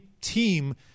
team